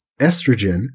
estrogen